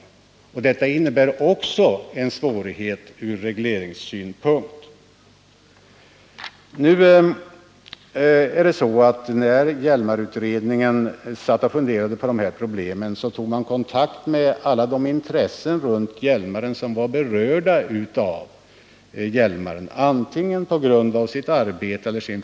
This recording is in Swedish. Det innebär också svårigheter ur regleringssynpunkt. När man inom Hjälmarutredningen funderade på de här problemen tog man kontakt med alla de intressegrupper runt Hjälmaren som genom sitt arbete eller under sin fritid hade beröring med sjön.